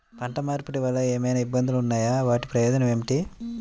పంట మార్పిడి వలన ఏమయినా ఇబ్బందులు ఉన్నాయా వాటి ప్రయోజనం ఏంటి?